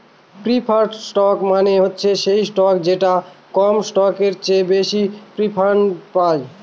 preferred stock মানে হচ্ছে সেই স্টক যেটা কমন স্টকের চেয়ে বেশি প্রিফারেন্স পায়